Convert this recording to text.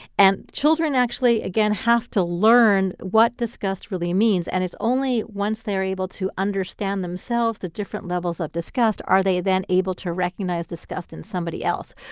and children actually, again, have to learn what disgust really means. and it's only once they're able to understand themselves the different levels of disgust are they then able to recognize disgust in somebody else.